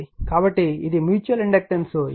కాబట్టి ఇది mutual inductance M di2dt